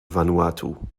vanuatu